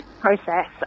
process